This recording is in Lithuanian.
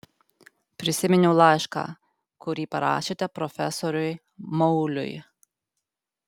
prisiminiau laišką kurį parašėte profesoriui mauliui